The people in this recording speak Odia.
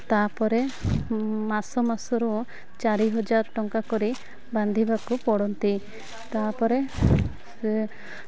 ତା'ପରେ ମାସ ମାସରୁ ଚାରି ହଜାର ଟଙ୍କା କରି ବାନ୍ଧିବାକୁ ପଡ଼ନ୍ତି ତା'ପରେ ସେ